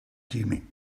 jimmy